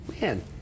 man